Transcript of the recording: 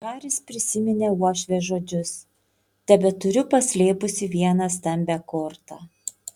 haris prisiminė uošvės žodžius tebeturiu paslėpusi vieną stambią kortą